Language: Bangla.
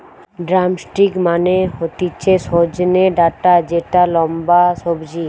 ড্রামস্টিক মানে হতিছে সজনে ডাটা যেটা লম্বা সবজি